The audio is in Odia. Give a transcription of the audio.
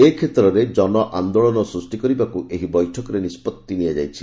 ଏ କ୍ଷେତ୍ରରେ ଜନଆନ୍ଦୋଳନ ସୃଷ୍ଟି କରିବାକୁ ଏହି ବୈଠକରେ ନିଷ୍ପଭି ନିଆଯାଇଛି